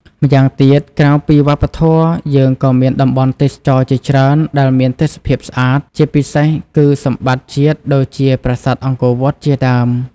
ម្យ៉ាងទៀតក្រៅពីវប្បធម៌ យើងក៏មានតំបន់ទេសចរណ៍ជាច្រើនដែលមានទេសភាពស្អាត ជាពិសេសគឺសម្បត្តិជាតិដូចជាប្រាសាទអង្គរវត្តជាដើម។